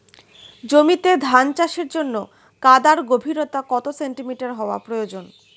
জমিতে ধান চাষের জন্য কাদার গভীরতা কত সেন্টিমিটার হওয়া প্রয়োজন?